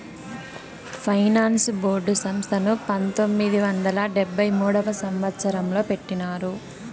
finance board సంస్థను పంతొమ్మిది వందల డెబ్భై మూడవ సంవచ్చరంలో పెట్టినారు